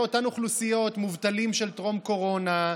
אותן אוכלוסיות מובטלים של טרום קורונה,